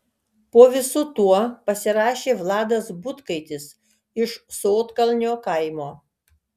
po visu tuo pasirašė vladas butkaitis iš sodkalnio kaimo